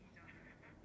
either